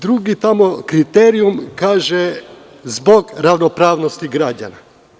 Drugi kriterijum kaže – zbog ravnopravnosti građana.